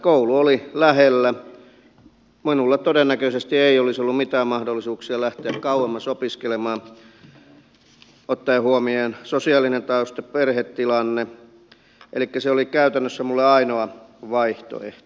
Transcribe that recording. koulu oli lähellä minulla ei todennäköisesti olisi ollut mitään mahdollisuuksia lähteä kauemmas opiskelemaan ottaen huomioon sosiaalisen taustan perhetilanteen elikkä se oli käytännössä minulle ainoa vaihtoehto